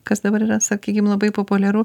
kas dabar yra sakykim labai populiaru